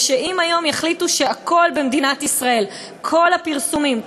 זה שאם היום יחליטו שהכול במדינת ישראל כל הפרסומים,